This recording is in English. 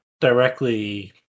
directly